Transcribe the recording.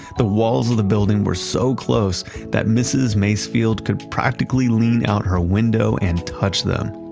the walls of the building were so close that mrs. macefield could practically lean out her window and touch them.